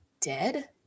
dead